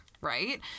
right